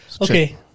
Okay